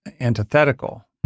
antithetical